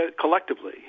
collectively